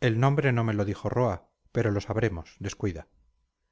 el nombre no me lo dijo roa pero lo sabremos descuida